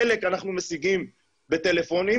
חלק אנחנו משיגים בטלפונים.